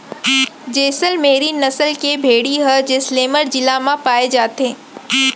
जैसल मेरी नसल के भेड़ी ह जैसलमेर जिला म पाए जाथे